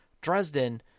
Dresden